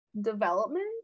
development